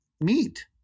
Meat